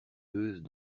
gueuses